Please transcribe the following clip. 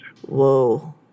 Whoa